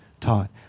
taught